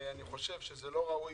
אני חושב שזה לא ראוי,